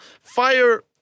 fire